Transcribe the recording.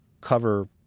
cover